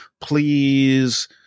please